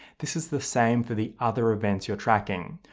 this is the same for the other events you're tracking.